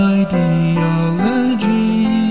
ideology